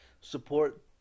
support